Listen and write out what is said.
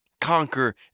conquer